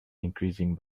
increasing